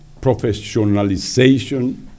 professionalization